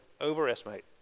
overestimate